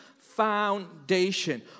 foundation